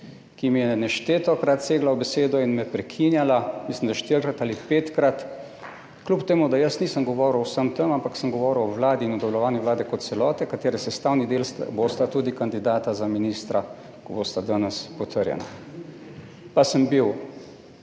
ki mi je neštetokrat segla v besedo in me prekinjala, mislim, da štirikrat ali petkrat kljub temu, da jaz nisem govoril o vsem tem, ampak sem govoril o Vladi in o delovanju Vlade kot celote, katere sestavni del bosta tudi kandidata za ministra, ko bosta danes potrjena. Pa sem bil